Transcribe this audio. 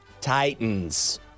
titans